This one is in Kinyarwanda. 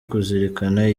kuzirikana